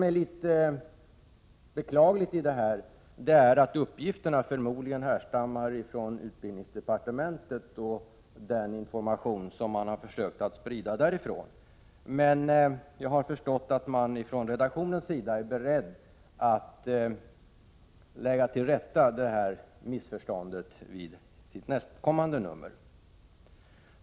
I detta sammanhang är det litet beklagligt att uppgifterna förmodligen härstammar från utbildningsdepartementet och den information som man har försökt sprida därifrån. Jag har förstått att man ifrån redaktionens sida är beredd att lägga till rätta detta missförstånd i sitt nästkommande nummer.